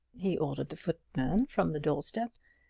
he ordered the footman from the doorstep.